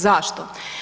Zašto?